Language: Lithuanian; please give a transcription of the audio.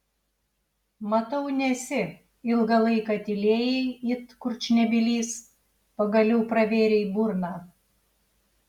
matau nesi ilgą laiką tylėjai it kurčnebylis pagaliau pravėrei burną